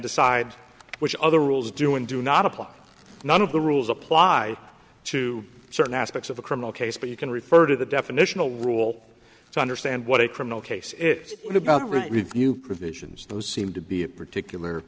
decide which other rules do and do not apply none of the rules apply to certain aspects of a criminal case but you can refer to the definitional rule to understand what a criminal case is about review provisions those seem to be a particular